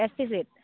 এ S T চিত